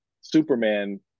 Superman